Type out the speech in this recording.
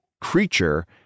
creature